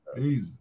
easy